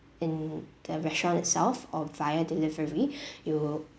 in the restaurant itself or via delivery you will